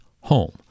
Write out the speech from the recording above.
home